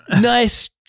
nice